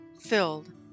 filled